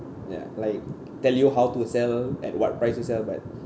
ya like tell you how to sell at what price itself but